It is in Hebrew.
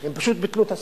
הם פשוט ביטלו את הספרים.